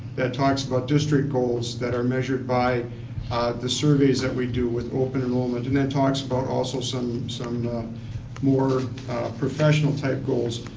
that talks about district goals that are measured by the surveys that we do with open enrollment. and then talks about also some some more professional type goals.